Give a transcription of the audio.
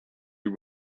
you